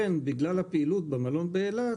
לכן, בגלל הפעילות במלון באילת